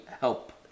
help